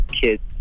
kids